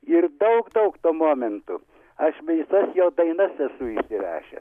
ir daug daug tuo momentu aš visas jo dainas esu įsirašęs